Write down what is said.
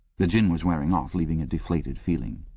the gin was wearing off, leaving a deflated feeling.